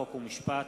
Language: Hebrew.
חוק ומשפט